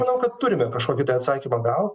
manau kad turime kažkokį tai atsakymą gaut